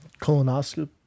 Colonoscopy